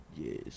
Yes